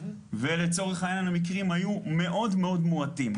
לצורך העניין המקרים היו מאוד מאוד מועטים,